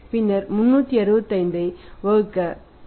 பின்னர் 365 ஐ வகுக்க வேண்டும்